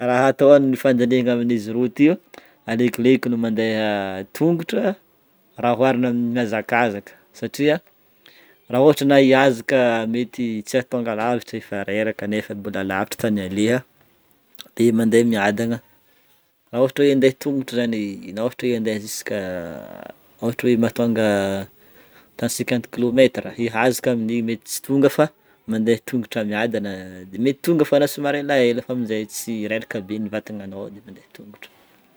Raha atao ny fandinihagna amin'izy roa ty, aleokoleko le mandeha tongotra raha oharina amin'ny hazakazaka satria raha ohatra anah hihazaka mety tsy ahatônga lavitra efa reraka nefa mbola lavitra tany aleha de mandeha miadagna raha ohatra hoe andeha tongotra zany na ohatra hoe andeha juska ohatra hoe mahatônga atao cinquante kilomètres ihazaka amin'igny mety tsy tonga fa mandeha tongotra miadana de mety tonga fa lasa somary elaela fa amin'zay tsy reraka be vatagnanao de mandeha tongotra.